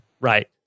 Right